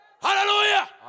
Hallelujah